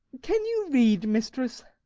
can you read, mistress?